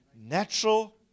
natural